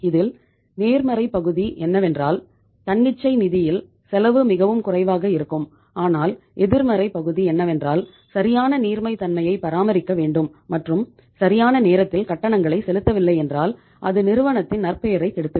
இதில் நேர்மறை பகுதி என்னவென்றால் தன்னிச்சை நிதியில் செலவு மிகவும் குறைவாக இருக்கும் ஆனால் எதிர்மறை பகுதி என்னவென்றால் சரியான நீர்மை தன்மையை பராமரிக்க வேண்டும் மற்றும் சரியான நேரத்தில் கட்டணங்களை செலுத்தவில்லை என்றால் அது நிறுவனத்தின் நற்பெயரை கெடுத்துவிடும்